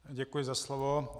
Děkuji za slovo.